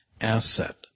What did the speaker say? asset